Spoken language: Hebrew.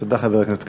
תודה, חבר הכנסת כבל.